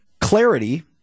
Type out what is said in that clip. Clarity